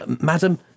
madam